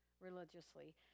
religiously